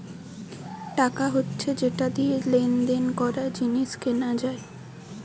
টাকা হচ্ছে যেটা দিয়ে লেনদেন করা, জিনিস কেনা যায়